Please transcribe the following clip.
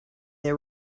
they